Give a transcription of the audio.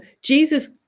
Jesus